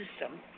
system